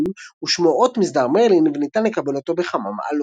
ושמו "אות מסדר מרלין" וניתן לקבל אותו בכמה מעלות.